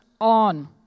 on